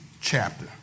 chapter